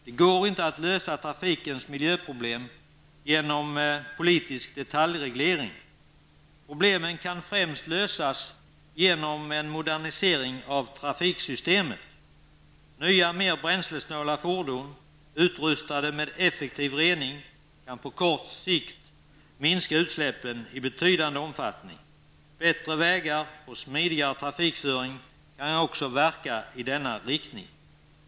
Det går inte att lösa trafikens miljöproblem genom politisk detaljreglering. Problemen kan lösas främst genom en modernisering av trafiksystemet. Nya och mer bränslesnåla fordon, utrustade med effektiv reningsanordning, kan på kort sikt minska utsläppen i betydande omfattning. Bättre vägar och smidigare trafikföring kan också verka i denna riktning.